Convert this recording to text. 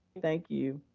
thank you.